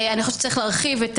לדעתי, צריך להרחיב את